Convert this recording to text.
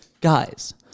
guys